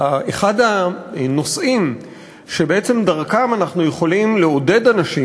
אחד הנושאים שבעצם דרכם אנחנו יכולים לעודד אנשים